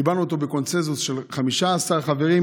קיבלנו אותו בקונסנזוס של 15 חברים,